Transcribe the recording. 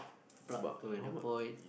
plug to where the point